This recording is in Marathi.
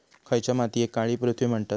खयच्या मातीयेक काळी पृथ्वी म्हणतत?